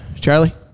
Charlie